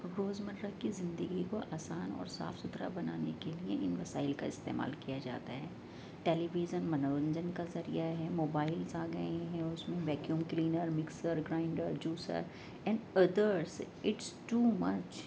روزمرہ کی زندگی کو آسان اور صاف ستھرا بنانے کے لیے ان وسائل کا استعمال کیا جاتا ہے ٹیلی ویژن منورنجن کا ذریعہ ہے موبائلس آ گئے ہیں اس میں